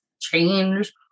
change